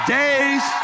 days